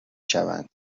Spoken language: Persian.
شوند